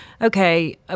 okay